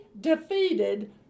defeated